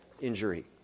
injury